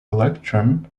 electron